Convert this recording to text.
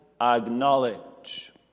acknowledge